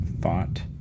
thought